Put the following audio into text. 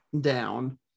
down